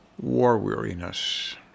war-weariness